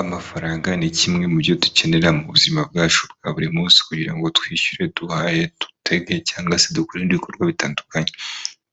Amafaranga ni kimwe mu byo dukenera mu buzima bwacu bwa buri munsi kugira ngo twishyure, duhahe, dutege cyangwa se dukore ibikorwa bitandukanye,